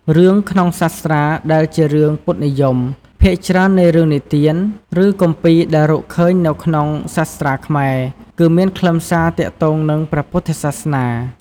រឿងក្នុងសាស្ត្រា ដែលជារឿង ពុទ្ធនិយម ភាគច្រើននៃរឿងនិទាន ឬគម្ពីរដែលរកឃើញនៅក្នុងសាស្ត្រាខ្មែរ គឺមានខ្លឹមសារទាក់ទងនឹង ព្រះពុទ្ធសាសនា។